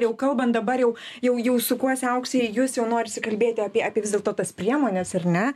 jau kalbant dabar jau jau jau sukuosi aukse į jus jau norisi kalbėti apie apie vis dėlto tas priemones ar ne